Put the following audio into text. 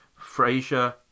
Frasier